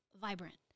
vibrant